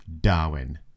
Darwin